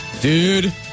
dude